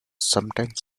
sometimes